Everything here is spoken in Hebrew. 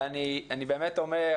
ואני באמת אומר,